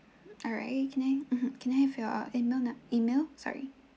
alright can I have mmhmm can I have your email num~ email sorry